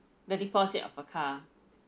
the deposit of a car